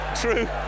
true